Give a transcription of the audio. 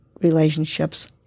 relationships